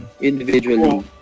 individually